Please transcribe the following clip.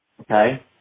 Okay